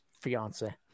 Fiance